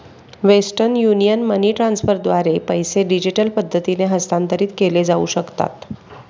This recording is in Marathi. वेस्टर्न युनियन मनी ट्रान्स्फरद्वारे पैसे डिजिटल पद्धतीने हस्तांतरित केले जाऊ शकतात